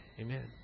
Amen